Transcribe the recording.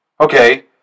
Okay